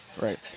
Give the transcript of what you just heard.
right